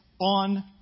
on